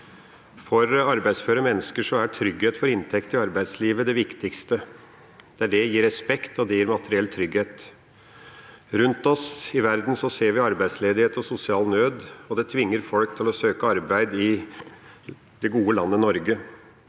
For arbeidsføre mennesker er trygghet for inntekt i arbeidslivet det viktigste. Det gir respekt og materiell trygghet. Rundt om i verden ser vi arbeidsledighet og sosial nød, og det tvinger folk til å søke arbeid i det gode landet Norge.